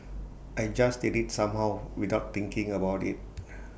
I just did IT somehow without thinking about IT